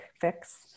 fix